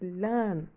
learn